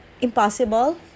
impossible